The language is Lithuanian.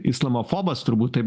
islamofobas turbūt taip